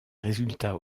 résultats